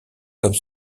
comme